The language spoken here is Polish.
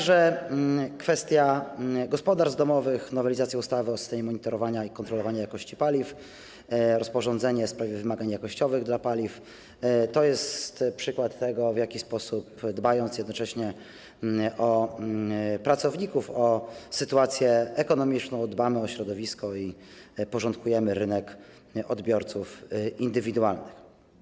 Również kwestia gospodarstw domowych, nowelizacji ustawy o systemie monitorowania i kontrolowania jakości paliw, rozporządzenie w sprawie wymagań jakościowych dla paliw to jest przykład tego, w jaki sposób dbając jednocześnie o pracowników, o sytuację ekonomiczną, dbamy o środowisko i porządkujemy rynek odbiorców indywidualnych.